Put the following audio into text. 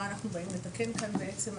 את מה שאנחנו באים לתקן כאן היום,